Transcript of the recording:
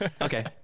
Okay